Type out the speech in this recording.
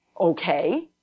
Okay